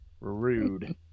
Rude